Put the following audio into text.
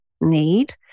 need